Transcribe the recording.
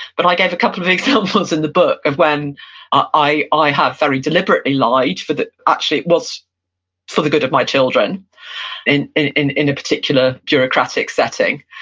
but i gave a couple of examples in the book of when i i have very deliberately lied for the, actually, it was for the good of my children and in in a particular bureaucratic setting.